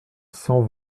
cent